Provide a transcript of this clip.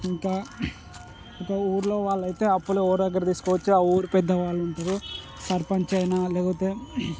ఇంకా ఇంక ఊరిలో వాళ్ళైతే అప్పులు ఎవరి దగ్గర తీసుకోవచ్చు ఆ ఊరు పెద్దవాళ్ళు ఉంటారో సర్పంచ్ అయినా లేకపొతే